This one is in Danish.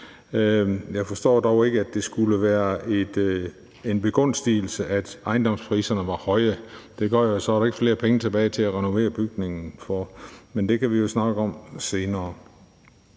Jeg forstår dog ikke, at det skulle være en begunstigelse, at ejendomspriserne var høje. Det gør jo, at der så ikke er flere penge tilbage til at renovere bygningen for. Men det kan vi jo snakke om senere.